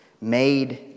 made